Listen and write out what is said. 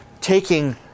taking